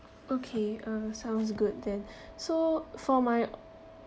okay uh sounds good then so for my